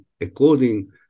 according